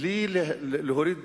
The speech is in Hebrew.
בלי להוריד